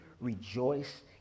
rejoice